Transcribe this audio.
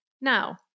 now